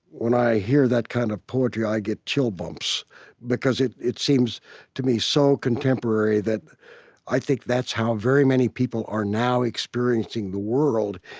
when i hear that kind of poetry, i get chill bumps because it it seems to me so contemporary that i think that's how very many people are now experiencing the world.